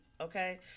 okay